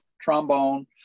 trombone